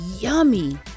yummy